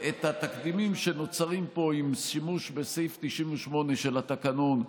את התקדימים שנוצרים פה עם שימוש בסעיף 98 של התקנון,